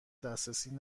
دسترسی